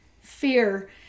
fear